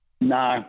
No